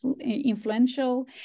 influential